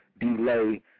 delay